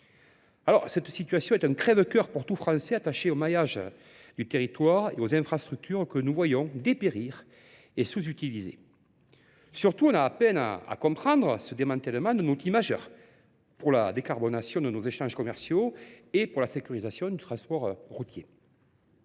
Cette situation est un crève-coeur pour tous Français attachés au maillage du territoire et aux infrastructures que nous voyons dépérir et sous-utiliser. Surtout, on a à peine à comprendre ce démantèlement d'un outil majeur pour la décarbonation de nos échanges commerciaux et pour la sécurisation du transport routier.